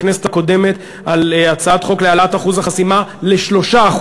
בכנסת הקודמת על הצעת חוק להעלאת אחוז החסימה ל-3%.